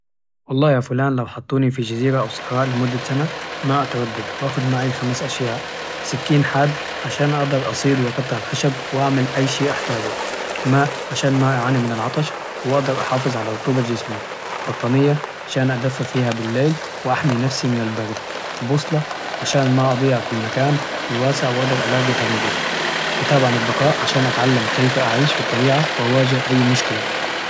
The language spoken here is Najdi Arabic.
والله يا فلان، لو حطوني في جزيرة أو صحراء لمدة سنة ما أتردد وأخذ معي خمس أشياء: سكين حاد عشان أقدر أصيد وأقطع الخشب وأعمل أي شيء أحتاجه، ماء عشان ما أعاني من العطش وأقدر أحافظ على رطوبة جسمي، بطانية عشان أدفى فيها بالليل وأحمي نفسي من البرد، بوصلة عشان ما أضيع في المكان الواسع و أقدر ألاقي تريقي، كتاب عن البقاء عشان أتعلم كيف أعيش في الطبيعة و أواجه أي مشكلة.